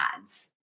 ads